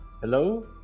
Hello